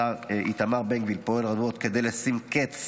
השר איתמר בן גביר פועל רבות כדי לשים קץ